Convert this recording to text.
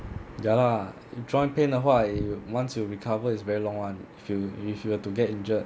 ya lah joint pain 的话 eh once you recover is very long [one] if you if you were to get injured